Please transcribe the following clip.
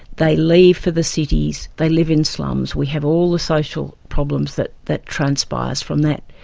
they leave for the cities, they live in slums. we have all the social problems that that transpires from that.